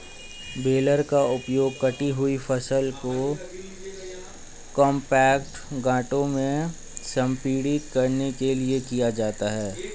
baler का उपयोग कटी हुई फसल को कॉम्पैक्ट गांठों में संपीड़ित करने के लिए किया जाता है